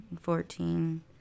fourteen